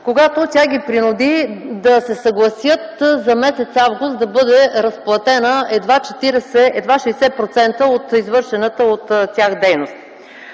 когато тя ги принуди да се съгласят за м. август да бъде разплатена едва 60% от извършената от тях дейност.